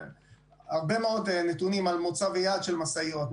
הרבה מאוד נתונים על מוצב היעד של משאיות,